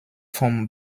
vom